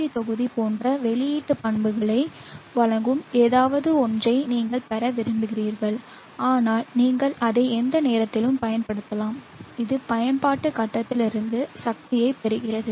we தொகுதி போன்ற வெளியீட்டு பண்புகளை வழங்கும் ஏதாவது ஒன்றை நீங்கள் பெற விரும்புகிறீர்கள் ஆனால் நீங்கள் அதை எந்த நேரத்திலும் பயன்படுத்தலாம் இது பயன்பாட்டு கட்டத்திலிருந்து சக்தியைப் பெறுகிறது